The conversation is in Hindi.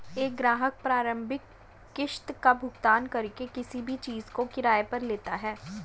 एक ग्राहक प्रारंभिक किस्त का भुगतान करके किसी भी चीज़ को किराये पर लेता है